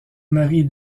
marie